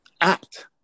act